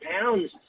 pounds